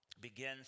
begins